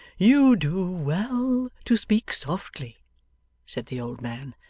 you do well to speak softly said the old man.